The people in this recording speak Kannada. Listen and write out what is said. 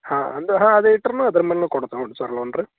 ಹಾಂ ಅಂದರೆ ಹಾಂ ಅದು ಇಟ್ರು ಅದ್ರ ಮೇಲೆ ಕೊಡ್ತೀವಿ ನೋಡಿರಿ ಸರ್ ಲೋನ್ ರೀ